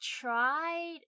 tried